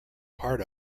part